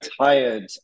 tired